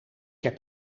heb